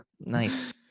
nice